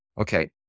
okay